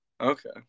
Okay